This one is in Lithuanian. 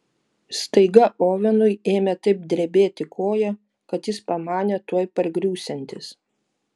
staiga ovenui ėmė taip drebėti koja kad jis pamanė tuoj pargriūsiantis